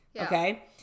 Okay